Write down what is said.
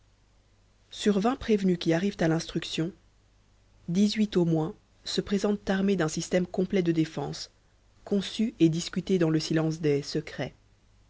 sur vingt prévenus qui arrivent à l'instruction dix-huit au moins se présentent armés d'un système complet de défense conçu et discuté dans le silence des secrets